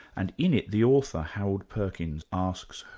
and in it, the author, harold perkins, asks,